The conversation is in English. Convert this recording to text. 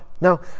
Now